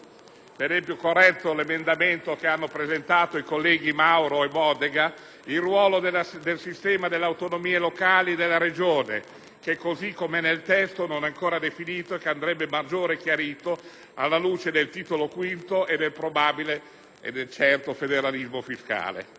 esempio, più corretto l'emendamento presentato dai colleghi Mauro e Bodega - il ruolo del sistema delle autonomie locali e della Regione, che, così com'è nel testo, non è ancora definito e andrebbe maggiormente chiarito alla luce del Titolo V della Costituzione e del probabile, anzi del certo federalismo fiscale.